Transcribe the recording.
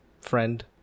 friend